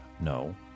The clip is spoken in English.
no